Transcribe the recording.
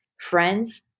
friends